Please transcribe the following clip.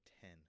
ten